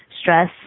stress